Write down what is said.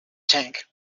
tank